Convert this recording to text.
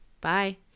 Bye